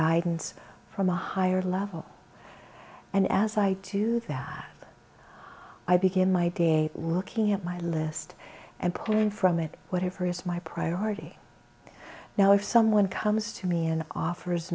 guidance from a higher level and as i to do that i begin my day looking at my list and pulling from it whatever is my priority now if someone comes to me and offers